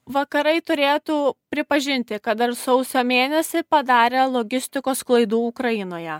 vakarai turėtų pripažinti kad dar sausio mėnesį padarė logistikos klaidų ukrainoje